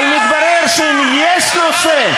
אבל מתברר שאם יש נושא,